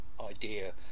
idea